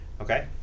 Okay